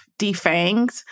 defanged